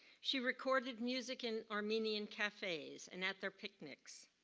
she recorded music in armenian cafes and at their picnics.